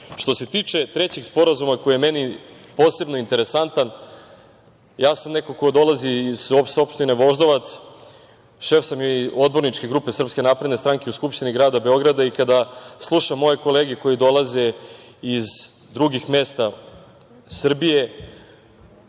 se tiče trećeg sporazuma, koji je meni posebno interesantan, ja sam neko ko dolazi sa opštine Voždovac. Šef sam i odborničke grupe SNS u Skupštini grada Beograda i kada slušam moje kolege koji dolaze iz drugih mesta Srbije, žao